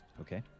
Okay